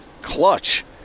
Clutch